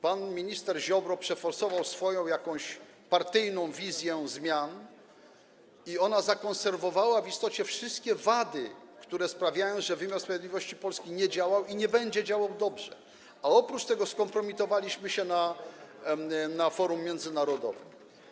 Pan minister Ziobro przeforsował jakąś swoją partyjną wizję zmian i ona zakonserwowała w istocie wszystkie wady, które sprawiają, że wymiar sprawiedliwości Polski nie działał i nie będzie działał dobrze, a oprócz tego skompromitowaliśmy się na forum międzynarodowym.